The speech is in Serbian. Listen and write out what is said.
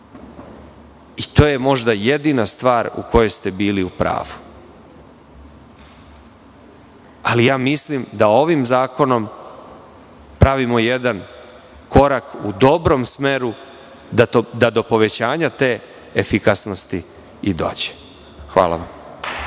To je, možda, jedina stvar u kojoj ste bili u pravu. Mislim da ovim zakonom pravimo jedan korak u dobrom smeru da do povećanja te efikasnosti i dođe. Hvala.